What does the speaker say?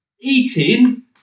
eating